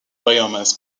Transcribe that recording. biomass